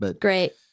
Great